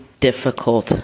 difficult